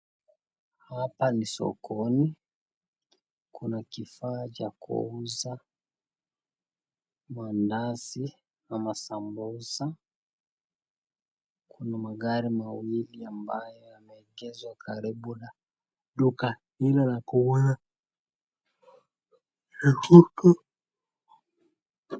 Hapa ni sokoni. Kuna kifaa cha kuuza mandazi ama samosa. Kuna magari wawili ambayo yameegeshwa karibu na duka hili la kuuza vitu.